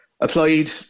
applied